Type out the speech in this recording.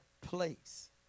place